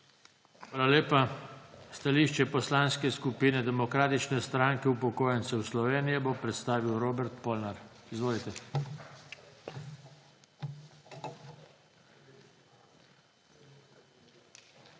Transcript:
lepa. Stališče Poslanske skupine Demokratične stranke upokojencev Slovenije bo predstavil Robert Polnar. Izvolite.